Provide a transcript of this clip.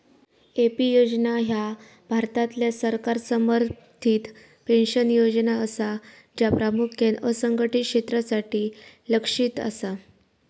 AP योजना ह्या भारतातल्या सरकार समर्थित पेन्शन योजना असा, ज्या प्रामुख्यान असंघटित क्षेत्रासाठी लक्ष्यित असा